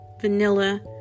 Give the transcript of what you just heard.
vanilla